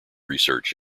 research